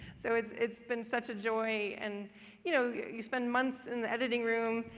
so it's it's been such a joy. and you know, you spend months in the editing room.